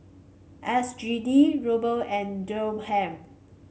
S G D Ruble and Dirham